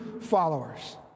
followers